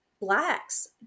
Blacks